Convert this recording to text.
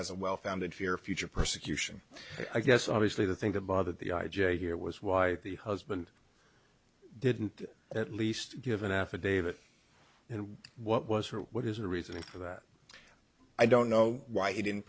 has a well founded fear future persecution i guess obviously the thing to bother the i j a here was why the husband didn't at least give an affidavit and what was what is the reason for that i don't know why he didn't